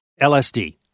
LSD